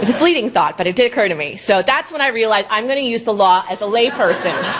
but fleeting thought, but it did occur to me. so that's when i realized i'm gonna use the law as a layperson.